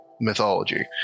mythology